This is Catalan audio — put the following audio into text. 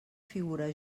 figura